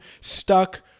stuck